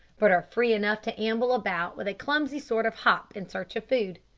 but are free enough to amble about with a clumsy sort of hop in search of food.